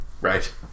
Right